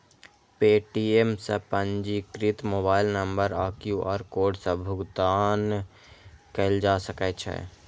Paytm सं पंजीकृत mobile number आ क्यू.आर कोड सं भुगतान कैल जा सकै छै